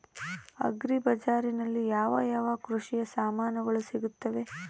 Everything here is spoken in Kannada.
ಅಗ್ರಿ ಬಜಾರಿನಲ್ಲಿ ಯಾವ ಯಾವ ಕೃಷಿಯ ಸಾಮಾನುಗಳು ಸಿಗುತ್ತವೆ?